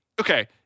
okay